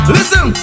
Listen